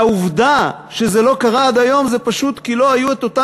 והעובדה שזה לא קרה עד היום היא פשוט כי לא היו אותן